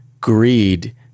greed